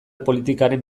politikaren